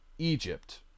Egypt